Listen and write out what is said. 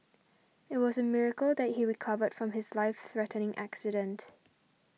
it was a miracle that he recovered from his life threatening accident